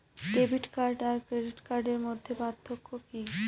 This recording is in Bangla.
ডেবিট কার্ড আর ক্রেডিট কার্ডের মধ্যে পার্থক্য কি?